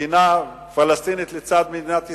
מדינה פלסטינית לצד מדינת ישראל,